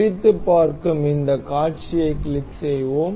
பிரித்துப் பார்க்கும் இந்த காட்சியைக் கிளிக் செய்வோம்